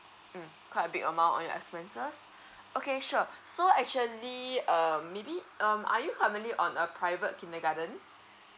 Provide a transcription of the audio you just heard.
mm quite a big amount on your expenses okay sure so actually um maybe um are you currently on a private kindergarten